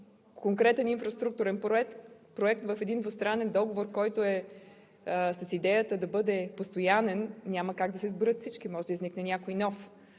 конкретен инфраструктурен проект в един двустранен договор, който е с идеята да бъде постоянен, няма как да се изброят всички – може да изникне някой нов.